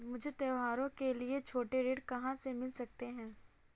मुझे त्योहारों के लिए छोटे ऋण कहाँ से मिल सकते हैं?